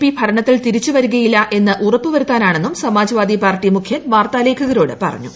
P ഭരണത്തിൽ തിരിച്ച് വരുകയില്ല എന്നീ ഉറപ്പ് വരുത്താനാണെന്നും സമാജ് വാദി പാർട്ടി മുഖ്യൻ വാർത്താലേഖകരോട് പറഞ്ഞു